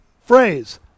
phrase